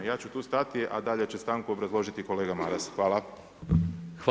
Ja ću tu stati a dalje će stanku obrazložiti kolega Maras, hvala.